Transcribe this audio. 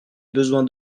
besoin